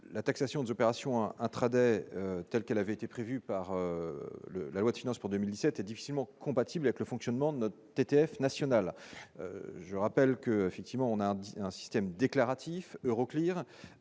la taxation des opérations Intraday telle qu'avait été prévues par le la loi de finances pour 2007 est difficilement compatible avec le fonctionnement de notre TTF nationale, je rappelle que, effectivement, on a un système déclaratif Euroclear